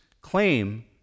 claim